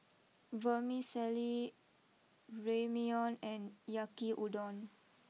Vermicelli Ramyeon and Yaki Udon